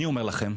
אני אומר לכם,